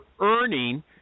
earning